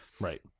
Right